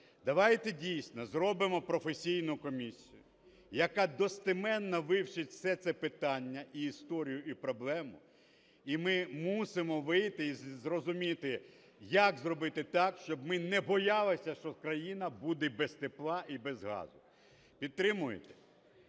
давайте дійсно зробимо професійну комісію, яка достеменно вивчить все це питання і історію, і проблему. І ми мусимо вийти і зрозуміти як зробити так, щоб ми не боялися, що країна буде без тепла і без газу. Підтримуєте?